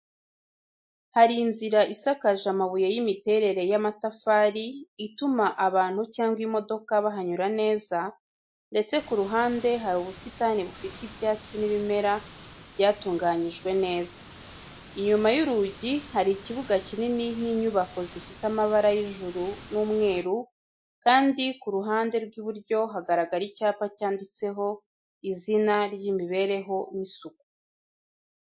Hari inzira isakaje amabuye y’imiterere y'amatafari, ituma abantu cyangwa imodoka bahanyura neza, ndetse ku ruhande hari ubusitani bufite ibyatsi n’ibimera byatunganyijwe neza. Inyuma y’urugi, hari ikibuga kinini n’inyubako zifite amabara y’ijuru n’umweru, kandi ku ruhande rw’iburyo hagaragara icyapa cyanditseho izina ry'imibereho n’isuku.